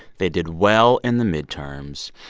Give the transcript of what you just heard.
they did well in the midterms.